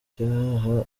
icyaha